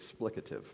explicative